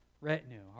retinue